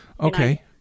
okay